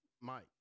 Mike